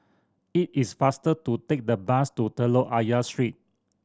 it is faster to take the bus to Telok Ayer Street